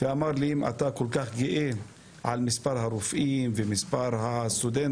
ואמר לי: אם אתה כל כך גאה במספר הרופאים ומספר הסטודנטים,